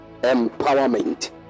empowerment